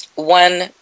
one